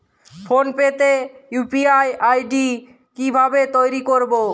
Phone pay তে UPI ID কি ভাবে তৈরি করবো?